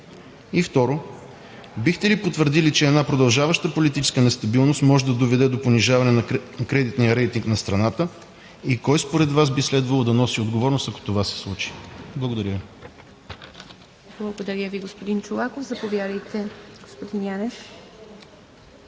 И, второ, бихте ли потвърдили, че една продължаваща политическа нестабилност, може да доведе до понижаване на кредитния рейтинг на страната? И кой според Вас би следвало да носи отговорност, ако това се случи? Благодаря Ви. ПРЕДСЕДАТЕЛ ИВА МИТЕВА: Благодаря Ви, господин Чолаков. Заповядайте, господин Янев.